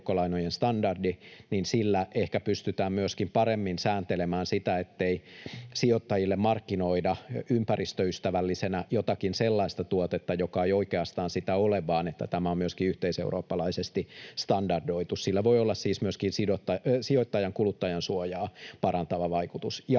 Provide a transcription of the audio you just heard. niin sillä ehkä pystytään myöskin paremmin sääntelemään sitä, ettei sijoittajille markkinoida ympäristöystävällisenä jotakin sellaista tuotetta, joka ei oikeastaan sitä ole, vaan että tämä on myöskin yhteiseurooppalaisesti standardoitu. Sillä voi olla siis myöskin sijoittajan kuluttajansuojaa parantava vaikutus.